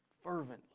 fervently